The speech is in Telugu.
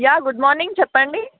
యా గుడ్ మార్నింగ్ చెప్పండి